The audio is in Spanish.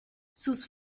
sus